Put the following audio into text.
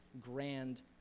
grand